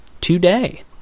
today